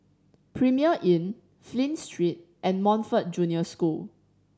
Premier Inn Flint Street and Montfort Junior School